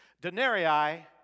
Denarii